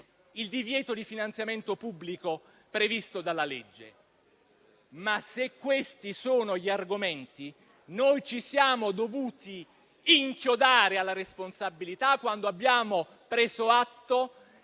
il divieto di finanziamento pubblico previsto dalla legge. Ma se questi sono gli argomenti, noi ci siamo dovuti inchiodare alla responsabilità quando abbiamo preso atto